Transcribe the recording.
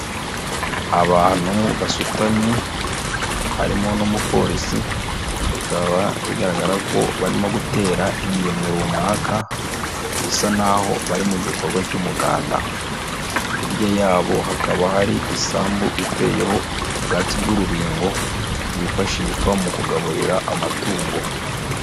Abantu basutamye, harimo n'umupolisi, bikaba bigaragara ko barimo gutera ingemwe runaka, bisa naho bari mu gikorwa cy'umuganda, hirya yabo hakaba hari isambu iteyeho ubwatsi bw'urubingo rwifashishwa mu kugaburira amatungo.